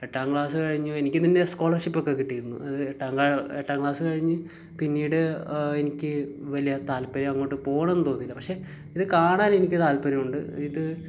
എട്ടാം ക്ലാസ്സ് കഴിഞ്ഞ് എനിക്ക് പിന്നെ സ്കോളർഷിപ്പ് ഒക്കെ കിട്ടിയിരുന്നു അത് എട്ടാം ക്ലാസ്സ് കഴിഞ്ഞ് പിന്നീട് എനിക്ക് വലിയ താൽപ്പര്യം അങ്ങോട്ട് പോവണം എന്ന് തോന്നിയില്ല പക്ഷേ ഇത് കാണാൻ എനിക്ക് താൽപ്പര്യം ഉണ്ട് ഇത്